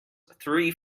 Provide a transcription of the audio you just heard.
three